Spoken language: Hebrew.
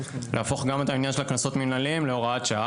להפוך גם את העניין של הקנסות המינהליים להוראת שעה.